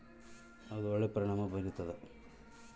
ತೋಟಗಾರಿಕಾ ಬೆಳೆ ಬೆಳ್ಯಾಕ್ ಬಸಿ ಕಾಲುವೆ ತೆಗೆದ್ರ ಒಳ್ಳೆ ಪರಿಣಾಮ ಬೀರ್ತಾದ